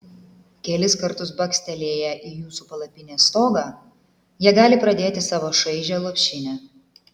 kelis kartus bakstelėję į jūsų palapinės stogą jie gali pradėti savo šaižią lopšinę